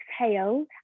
exhale